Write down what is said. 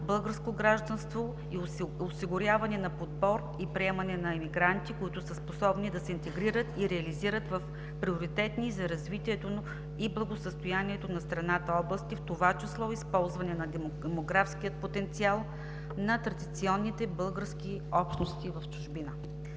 българско гражданство, осигуряване на подбор и приемане на имигранти, които са способни да се интегрират и реализират в приоритетни за развитието и благосъстоянието на страната области, в това число използване на демографския потенциал на традиционните български общности в чужбина.